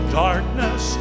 darkness